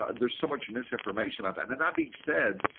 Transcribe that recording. ah there's so much misinformation about that. and that being said,